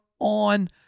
on